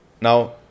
Now